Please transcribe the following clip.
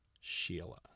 Sheila